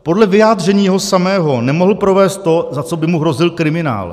Podle vyjádření jeho samotného nemohl provést to, za co by mu hrozil kriminál.